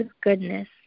goodness